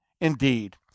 indeed